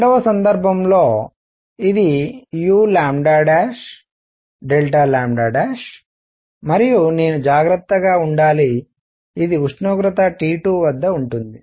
రెండవ సందర్భంలో ఇది u మరియు నేను జాగ్రత్తగా ఉండాలి ఇది ఉష్ణోగ్రత T2 వద్ద ఉంటుంది